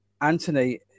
Anthony